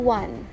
one